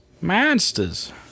Monsters